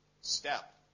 step